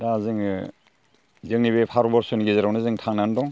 दा जोङो जोंनि बे भारत बरस'नि गेरेआवनो जों थांनानै दं